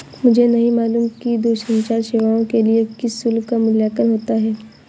मुझे नहीं मालूम कि दूरसंचार सेवाओं के लिए किस शुल्क का मूल्यांकन होता है?